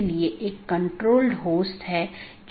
क्योंकि यह एक बड़ा नेटवर्क है और कई AS हैं